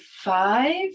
five